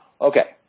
Okay